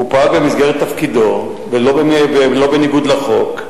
הוא פעל במסגרת תפקידו ולא בניגוד לחוק.